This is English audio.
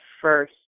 first